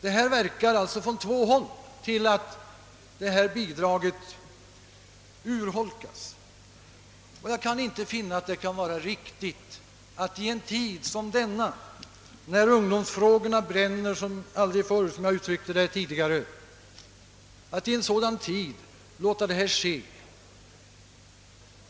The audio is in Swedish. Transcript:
Det är alltså två faktorer som medverkar till att bidraget urholkas, och jag kan inte anse det vara riktigt i en tid, då ungdomsfrågorna bränner som aldrig förr — som jag uttryckte det tidigare — att låta något sådant ske.